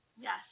Yes